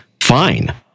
fine